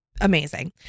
amazing